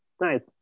Nice